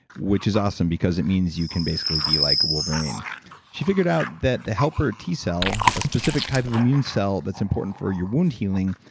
which is awesome because it means you can basically be like wolverine she figured out that the helper t cell, a specific type of immune cell that's important for your wound healing,